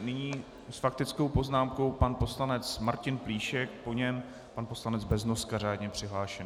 Nyní s faktickou poznámkou pan poslanec Martin Plíšek, po něm pan poslanec Beznoska, řádně přihlášený.